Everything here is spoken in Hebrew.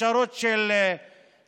לאפשרות של שרפות.